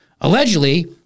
Allegedly